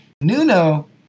Nuno